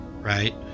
right